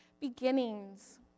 Beginnings